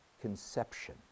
conception